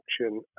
action